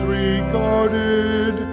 regarded